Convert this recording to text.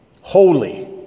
holy